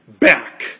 back